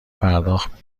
پرداخت